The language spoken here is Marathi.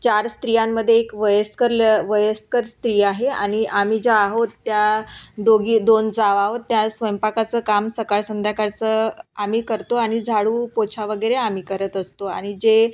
चार स्त्रियांमध्ये एक वयस्कर ल वयस्कर स्त्री आहे आणि आम्ही ज्या आहोत त्या दोघी दोन जावा आहोत त्या स्वयंपाकाचं काम सकाळ संध्याकाळचं आम्ही करतो आणि झाडू पोछा वगैरे आम्ही करत असतो आणि जे